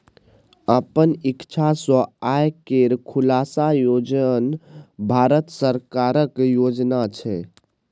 अपन इक्षा सँ आय केर खुलासा योजन भारत सरकारक योजना छै